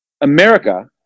America